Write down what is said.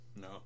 No